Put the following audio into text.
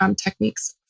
techniques